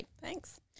Thanks